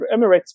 Emirates